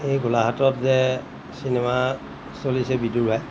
এই গোলাঘাটত যে চিনেমা চলিছে বিদুৰভাই